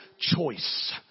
choice